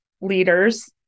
leaders